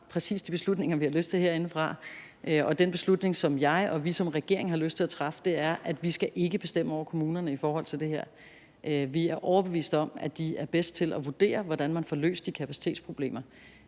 præcis de beslutninger, vi har lyst til herinde fra. Og den beslutning, som jeg og vi som regering har lyst til at træffe, er, at vi ikke skal bestemme over kommunerne i forhold til det her. Vi er overbevist om, at de er bedst til at vurdere, hvordan man får løst de kapacitetsproblemer,